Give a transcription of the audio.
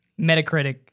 Metacritic